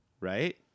right